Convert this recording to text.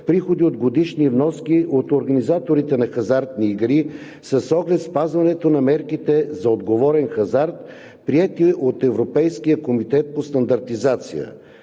приходи от годишни вноски от организаторите на хазартни игри с оглед спазването на Мерките за отговорен хазарт, приети от Европейския комитет за стандартизация.